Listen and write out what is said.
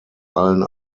allen